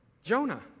Jonah